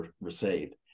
received